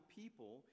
people